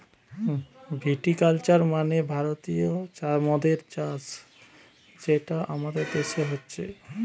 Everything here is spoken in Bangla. ভিটি কালচার মানে ভারতীয় মদের চাষ যেটা আমাদের দেশে হচ্ছে